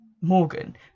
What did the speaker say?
Morgan